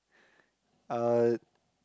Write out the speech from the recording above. uh